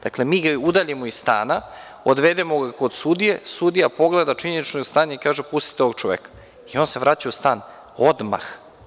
Dakle, mi ga udaljimo iz stana, odvedemo ga kod sudije, sudija pogleda činjenično stanje i kaže - pustite ovog čoveka i on se vraća u stan odmah.